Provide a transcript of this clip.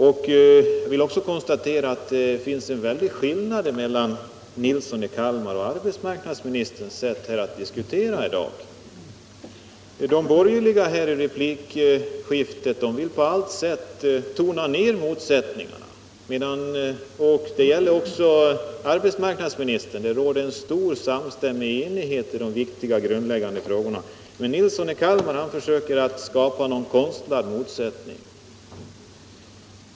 Jag vill också konstatera att det finns en väldig skillnad mellan herr Nilssons i Kalmar och arbetsmarknadsministerns sätt att diskutera i dag. De borgerliga deltagarna i replikskiftet vill på allt sätt tona ner motsättningarna — det gäller också arbetsmarknadsministern, som säger att det råder en stor enighet i de viktiga, grundläggande frågorna — men herr Nilsson i Kalmar försöker skapa en konstlad motsättning.